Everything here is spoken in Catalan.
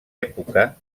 època